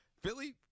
Philly